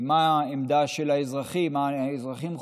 מה העמדה של האזרחים, מה האזרחים חושבים,